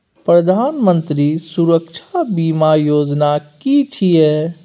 प्रधानमंत्री सुरक्षा बीमा योजना कि छिए?